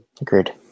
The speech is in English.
Agreed